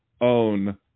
own